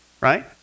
right